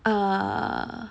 err